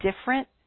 different